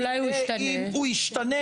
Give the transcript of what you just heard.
הוא מדבר